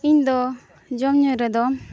ᱤᱧᱫᱚ ᱡᱚᱢᱼᱧᱩ ᱨᱮᱫᱚ